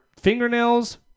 fingernails